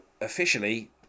officially